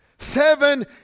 Seven